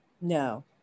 no